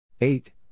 eight